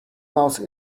mouse